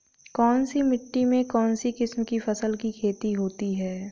कौनसी मिट्टी में कौनसी किस्म की फसल की खेती होती है?